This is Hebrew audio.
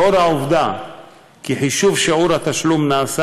לנוכח העובדה שחישוב שיעור התשלום נעשה